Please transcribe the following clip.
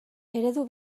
eredu